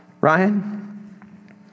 Ryan